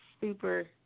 super